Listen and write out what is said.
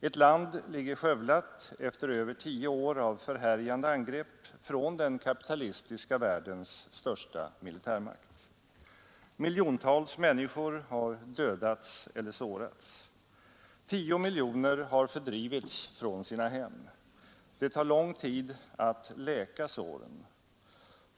Ett land ligger skövlat — OCh valutapolitisk debatt efter över tio år av förhärjande angrepp från den kapitalistiska världens största militärmakt. Miljontals människor har dödats eller sårats. Tio miljoner har fördrivits från sina hem. Det tar lång tid att läka såren.